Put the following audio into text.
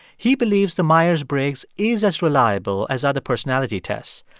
he believes the myers-briggs is as reliable as other personality tests.